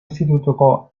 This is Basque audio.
institutuko